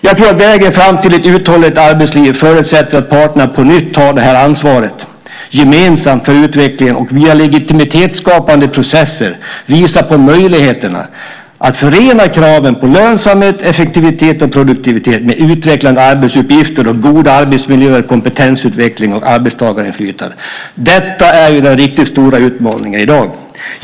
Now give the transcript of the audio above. Jag tror att vägen fram till ett uthålligt arbetsliv förutsätter att parterna på nytt tar ett gemensamt ansvar för utvecklingen och via legitimitetsskapande processer visar på möjligheterna att förena krav på lönsamhet, effektivitet och produktivitet med utvecklande arbetsuppgifter och goda arbetsmiljöer, kompetensutveckling och arbetstagarinflytande. Detta är ju den riktigt stora utmaningen i dag.